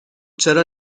چرا